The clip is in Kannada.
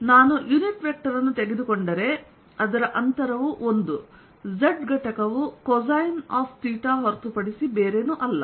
ನಾನು ಯುನಿಟ್ ವೆಕ್ಟರ್ ಅನ್ನು ತೆಗೆದುಕೊಂಡರೆ ಅದರ ಅಂತರವು 1 z ಘಟಕವು ಕೊಸೈನ್ಆಫ್ ಥೀಟಾ ಹೊರತುಪಡಿಸಿ ಏನೂ ಅಲ್ಲ